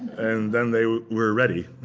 and then they were ready.